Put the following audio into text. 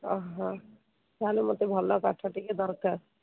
ଓଃ ହଁ ତାହେଲେ ମୋତେ ଭଲ କାଠ ଟିକେ ଦରକାର